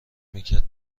میکرد